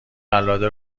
قلاده